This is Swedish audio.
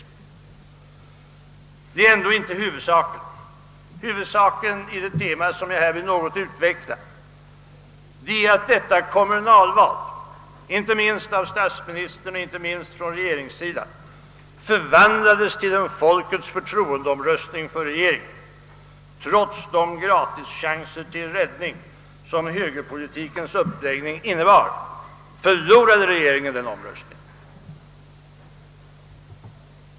Men detta är ändå inte huvudsaken. Huvudsaken är att detta kommunalval, inte minst av statsministern och av regeringen i Övrigt, förvandlades till en folkets förtroendeomröstning. Trots de gratischanser till räddning som högerpolitikens uppläggning innebar förlorade regeringen denna omröstning.